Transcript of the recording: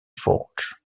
forge